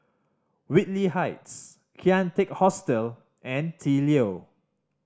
Whitley Heights Kian Teck Hostel and The Leo